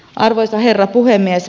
arvoisa herra puhemies